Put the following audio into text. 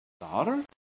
Daughter